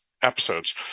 episodes